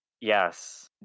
Yes